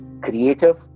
creative